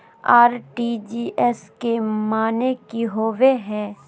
RTGS के माने की होबो है?